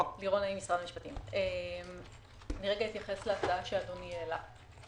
אני אתייחס להצעה שאדוני העלה.